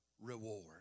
reward